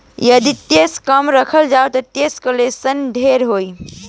यदि टैक्स कम राखल जाओ ता टैक्स कलेक्शन ढेर होई